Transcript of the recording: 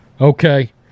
Okay